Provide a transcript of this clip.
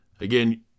Again